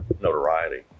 notoriety